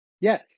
Yes